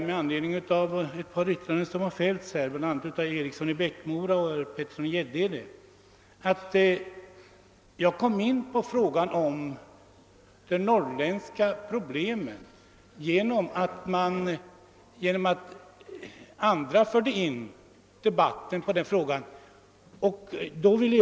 Med anledning av vad bland andra herr Eriksson i Bäckmora och herr Petersson i Gäddede yttrade vill jag framhålla att jag kom in på frågan om de norrländska problemen som en följd av att andra ledamöter förde in debatten på detta spörsmål.